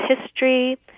history